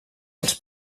als